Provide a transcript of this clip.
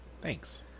Thanks